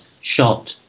shot